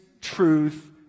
truth